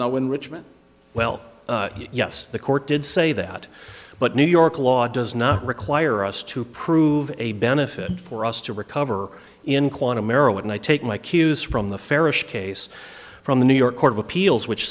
no enrichment well yes the court did say that but new york law does not require us to prove a benefit for us to recover in quantum arrow and i take my cues from the farish case from the new york court of appeals which